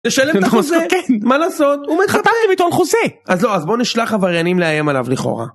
לשלם את החוזה. מה לעשות. הוא מתחתן. חתמתם איתו חוזה! אז לא, אז בוא נשלח עבריינים לאיים עליו לכאורה.